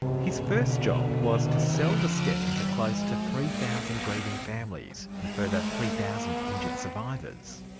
his first job was to sell the scheme to close to three thousand grieving families, and a further three thousand injured survivors.